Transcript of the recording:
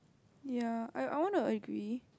ya I I want to agree